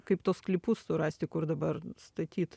kaip tuos sklypus surasti kur dabar statyt